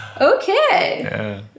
okay